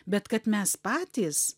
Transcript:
bet kad mes patys